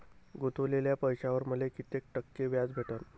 गुतवलेल्या पैशावर मले कितीक टक्के व्याज भेटन?